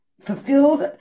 fulfilled